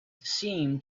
seem